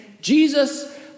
Jesus